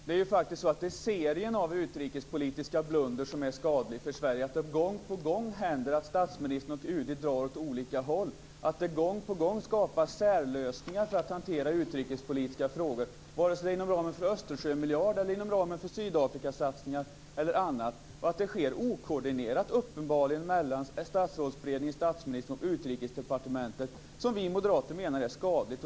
Herr talman! Det är faktiskt serien av utrikespolitiska blundrar som är skadlig för Sverige. Det händer gång på gång att statsministern och UD drar åt olika håll, och det skapas gång på gång särlösningar för att hantera utrikespolitiska frågor, vare sig det är inom ramen för Östersjömiljarden eller inom ramen för Sydafrikasatsningar eller annat. Det sker uppenbarligen också okoordinerat mellan Statsrådsberedningen, statsministern och Utrikesdepartementet. Det är det som vi moderater menar är skadligt.